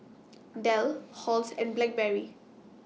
Dell Halls and Blackberry